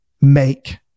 make